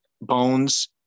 bones